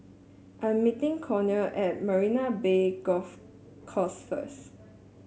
I'm meeting Connor at Marina Bay Golf Course first